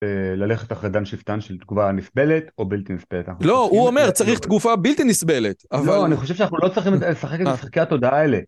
ללכת אחרי דן שיפטן של תגובה נסבלת או בלתי נסבלת. לא, הוא אומר, צריך תגובה בלתי נסבלת. לא, אני חושב שאנחנו לא צריכים לשחק עם משחקי התודעה האלה.